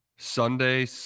Sunday